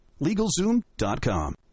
LegalZoom.com